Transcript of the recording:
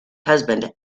husband